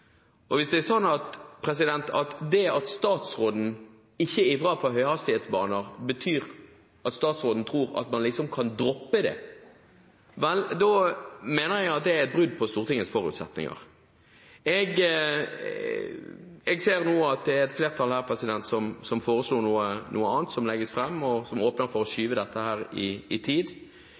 droppes. Hvis det er sånn at det at statsråden ikke ivrer for høyhastighetsbaner, betyr at statsråden tror at man liksom kan droppe det, vel da mener jeg at det er et brudd på Stortingets forutsetninger. Jeg ser nå at det er et flertall her som foreslår noe annet som legges fram, og som åpner for å skyve dette fram i tid.